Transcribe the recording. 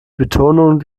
betonung